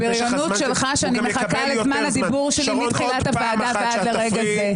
הבריונות שלך שאני מחכה לזמן הדיבור שלי מתחילת הוועדה ועד לרגע זה.